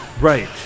right